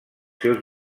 seus